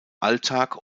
alltag